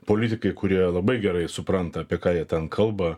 politikai kurie labai gerai supranta apie ką jie ten kalba